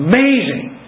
Amazing